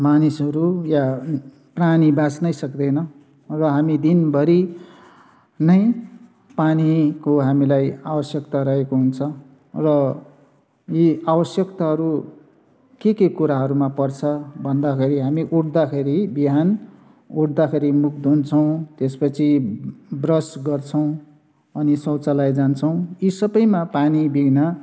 मानिसहरू या प्राणी बाँच्नै सक्दैन र हामी दिनभरि नै पानीको हामीलाई आवश्यक्ता रहेको हुन्छ र यी आवश्यक्ताहरू के के कुराहरूमा पर्छ भन्दाखेरि हामी उठ्दाखेरि बिहान उठ्दाखेरि मुख धुन्छौँ त्यसपछि ब्रस गर्छौँ अनि शौचाल्य जान्छौँ यी सबैमा पानी बिना